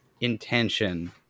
intention